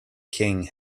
king